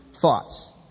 thoughts